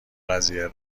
قضیه